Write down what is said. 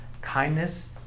Kindness